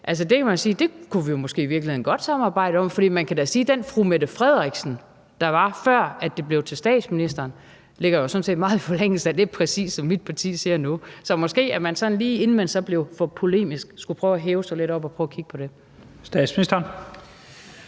Det kunne vi måske i virkeligheden godt samarbejde om, for det den fru Mette Frederiksen, der var, før det blev til statsministeren, sagde, ligger jo sådan set meget i forlængelse af præcis det, som mit parti siger nu. Så måske man, sådan lige inden man blev for polemisk, skulle prøve at hæve sig lidt op og kigge på det. Kl.